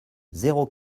zéro